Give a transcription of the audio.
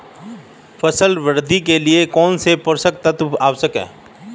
फसल वृद्धि के लिए कौनसे पोषक तत्व आवश्यक हैं?